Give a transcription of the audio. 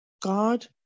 God